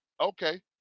Okay